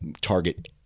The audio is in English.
target